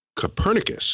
Copernicus